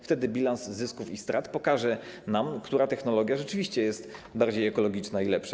Wtedy bilans zysków i strat pokaże nam, która technologia rzeczywiście jest bardziej ekologiczna i lepsza.